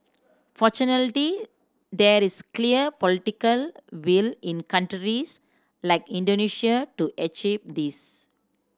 fortunately there is clear political will in countries like Indonesia to achieve this